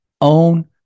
Own